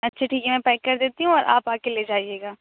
اچھا ٹھیک ہے میں پیک کر دیتی ہوں اور آپ آ کے لے جائیے گا